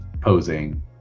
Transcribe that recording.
posing